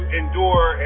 endure